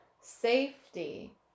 safety